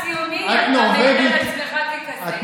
אתה אדם ציוני ואתה מעיד על עצמך ככזה.